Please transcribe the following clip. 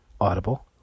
Audible